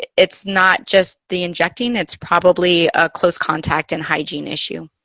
it's not just the injecting, it's probably a close-contact and hygiene issue.